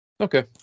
Okay